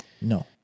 No